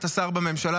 אתה שר בממשלה.